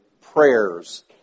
prayer's